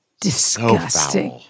Disgusting